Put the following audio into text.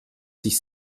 sich